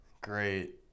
Great